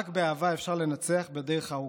רק באהבה אפשר לנצח בדרך הארוכה.